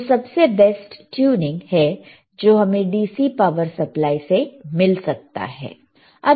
यह सबसे best tuning है जो हमें DC पावर सप्लाई से मिल सकता है